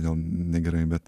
gal negerai bet